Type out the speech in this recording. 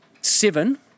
seven